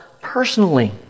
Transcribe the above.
personally